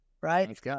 right